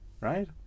right